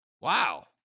Wow